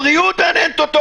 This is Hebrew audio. הבריאות מעניינת אותו?